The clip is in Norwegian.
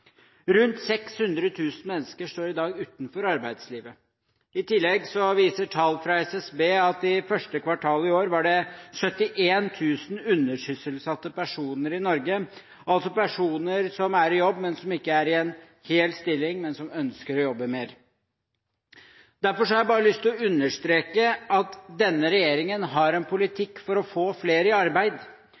Rundt 600 000 mennesker står i dag utenfor arbeidslivet. I tillegg viser tall fra SSB at det i første kvartal i år var 71 000 undersysselsatte personer i Norge, altså personer som er i jobb, men som ikke er i hel stilling, men som ønsker å jobbe mer. Derfor har jeg lyst til å understreke at denne regjeringen har en politikk for å få flere i arbeid,